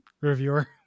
reviewer